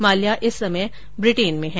माल्या इस समय ब्रिटेन में है